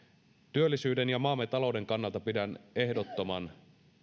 työllisyyden ja maamme talouden kannalta pidän ehdottoman